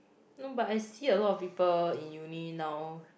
no but I see lot of people in Uni now